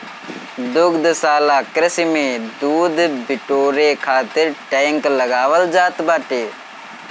दुग्धशाला कृषि में दूध बिटोरे खातिर टैंक लगावल जात बाटे